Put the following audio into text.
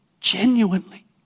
genuinely